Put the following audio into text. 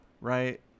Right